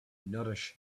nourish